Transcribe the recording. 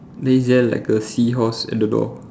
then is there like a seahorse at the door